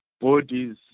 bodies